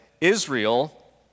Israel